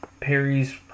perry's